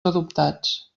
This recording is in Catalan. adoptats